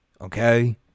okay